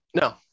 No